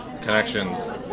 connections